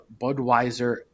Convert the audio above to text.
Budweiser